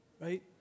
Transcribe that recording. right